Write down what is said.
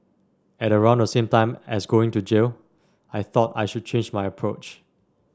at around the same time as going to jail I thought I should change my approach